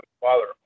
Father